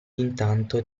intanto